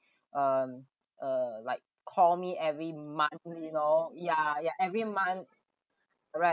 um uh like call me every month you know ya ya every month alright